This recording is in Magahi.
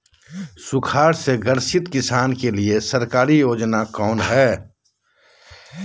सुखाड़ से ग्रसित किसान के लिए सरकारी योजना कौन हय?